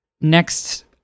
Next